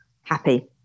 happy